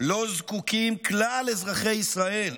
שלו זקוקים כלל אזרחי ישראל,